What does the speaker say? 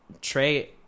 Trey